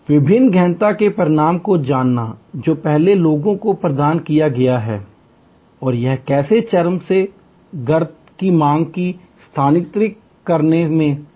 विभिन्न गहनता के परिणाम को जानना जो पहले लोगों को प्रदान किया गया है और यह कैसे चरम से गर्त की मांग को स्थानांतरित करने में सफल रहा